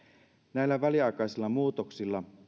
näillä väliaikaisilla muutoksilla